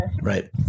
Right